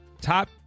top